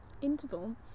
interval